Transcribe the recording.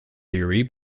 theory